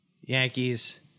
Yankees